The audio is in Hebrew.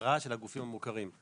בהכרה של הגופים המוכרים.